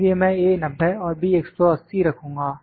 इसलिए मैं A 90 और B 180 रखूंगा